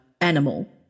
animal